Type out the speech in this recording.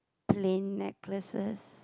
plain necklaces